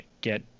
get